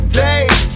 days